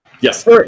Yes